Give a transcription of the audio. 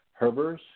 Herbers